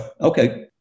okay